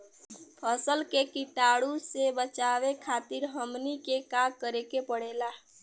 फसल के कीटाणु से बचावे खातिर हमनी के का करे के पड़ेला?